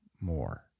more